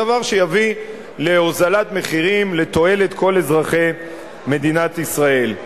דבר שיביא להוזלת מחירים לתועלת כל אזרחי מדינת ישראל.